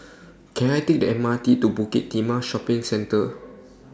Can I Take The M R T to Bukit Timah Shopping Centre